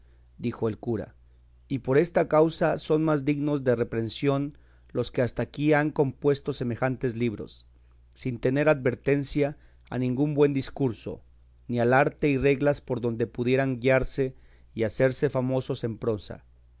dijo el cura y por esta causa son más dignos de reprehensión los que hasta aquí han compuesto semejantes libros sin tener advertencia a ningún buen discurso ni al arte y reglas por donde pudieran guiarse y hacerse famosos en prosa